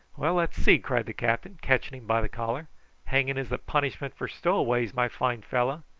well, let's see, cried the captain, catching him by the collar hanging is the punishment for stowaways, my fine fellow.